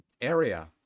area